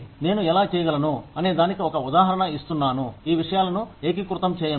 నేను ఎలా చేయగలను అనేదానికి ఒక ఉదాహరణ ఇస్తున్నాను ఈ విషయాలను ఏకీకృతం చేయండి